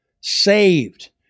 saved